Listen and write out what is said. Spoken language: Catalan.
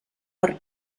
per